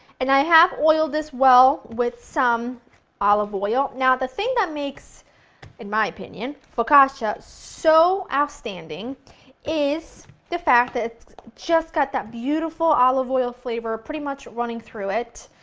and i have oiled this well with some olive oil. now, the thing that makes in my opinion focaccia so outstanding is the fact that it's just got that beautiful olive oil flavor pretty much running through it.